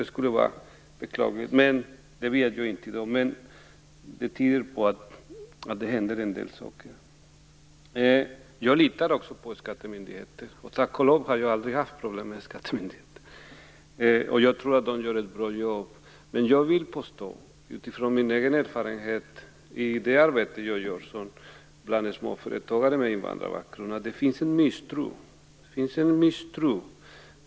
Det skulle vara beklagligt. Jag vet i dag inte om det blir så, men det finns tecken på att det händer en del saker. Jag litar också på skattemyndigheterna. Tack och lov har jag aldrig haft problem med dem. Jag tror att de gör ett bra jobb. Men utifrån min erfarenhet av det arbete som jag gör bland småföretagare med invandrarbakgrund vill jag påstå att det finns en misstro.